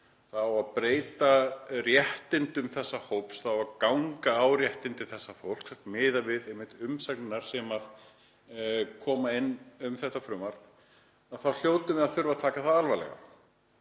á að breyta réttindum þessa hóps, það á að ganga á réttindi þessa fólks og miðað við umsagnirnar sem koma inn um þetta frumvarp, þá hljótum við að þurfa að taka það alvarlega.